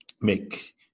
make